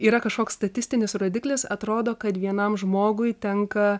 yra kažkoks statistinis rodiklis atrodo kad vienam žmogui tenka